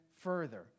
further